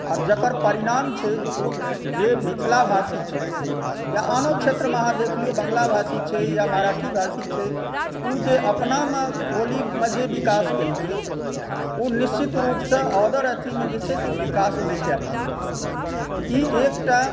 आर जकर परिणाम छै जे ओ जे मिथिला भाषी छै या आनो क्षेत्रमे अहाँ देख लियो बंगला भाषी छै या मराठी भाषी छै ओ जे अपनामे बोलीमे जे विकास केलकै ओ निश्चित रूपसे अदर अथीमे से छै विकास नहि कै पाबै छै तऽ ई एकटा